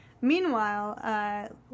Meanwhile